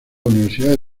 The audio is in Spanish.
universidad